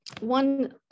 One